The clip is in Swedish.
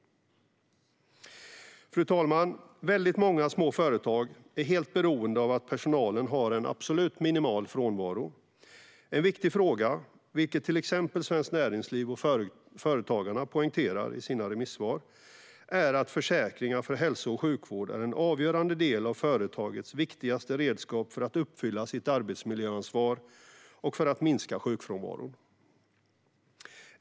Fru talman! Många små företag är helt beroende av att personalen har en absolut minimal frånvaro. En viktig fråga, vilket till exempel Svenskt Näringsliv och Företagarna poängterar i sina remissvar, är att försäkringar för hälso och sjukvård är en avgörande del av företagens viktigaste redskap för att uppfylla sitt arbetsmiljöansvar och för att minska sjukfrånvaron.